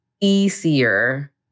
easier